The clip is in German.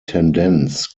tendenz